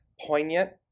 poignant